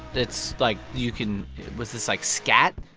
it's, like, you can was this, like, scat?